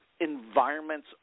environments